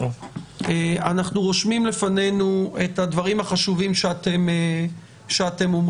אנחנו רושמים לפנינו את הדברים החשובים שאתם אומרים.